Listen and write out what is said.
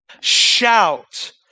shout